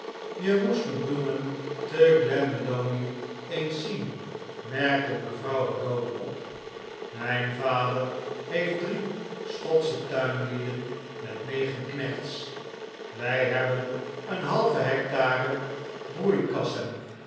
e moest de bloemen te glenmalony eens zien merkte mevrouw o'dowd op mijn vader heeft drie schotsche tuinlieden met negen knechts wij hebben een halve hectare broeikassen